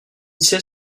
sait